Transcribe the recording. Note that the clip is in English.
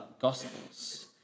gospels